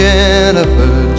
Jennifer